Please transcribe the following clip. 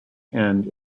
end